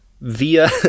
via